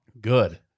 Good